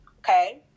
okay